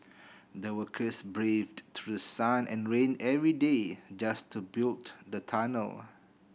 the workers braved through sun and rain every day just to build the tunnel